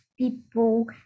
People